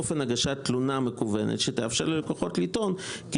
אופן הגשת תלונה מקוונת שתאפשר ללקוחות לטעון כי